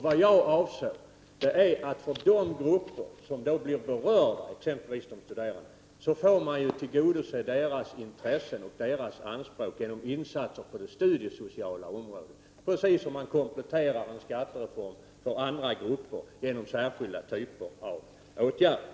Vad jag avser är att studerande tillgodoses genom insatser på det studiesociala området, precis som man kompletterar skattereformen för andra grupper genom särskilda typer av åtgärder.